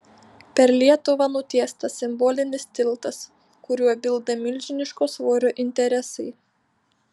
per lietuvą nutiestas simbolinis tiltas kuriuo bilda milžiniško svorio interesai